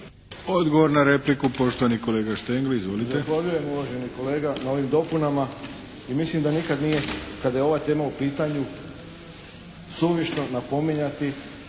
Odgovor na repliku, poštovani kolega Štengl. Izvolite.